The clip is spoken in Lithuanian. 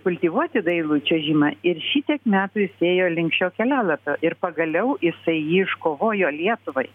kultivuoti dailųjį čiuožimą ir šitiek metų jis ėjo link šio kelialapio ir pagaliau jisai jį iškovojo lietuvai